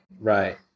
Right